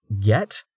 get